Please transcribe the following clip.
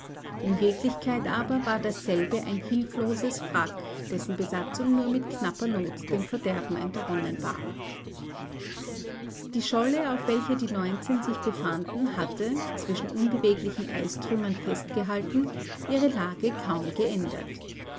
in wirklichkeit aber war dasselbe ein hilfloses wrack dessen besatzung nur mit knapper not dem verderben entronnen war die scholle auf welcher die neunzehn sich befanden hatte zwischen unbeweglichen eistrümmern festgehalten ihre lage kaum geändert